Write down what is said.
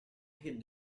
can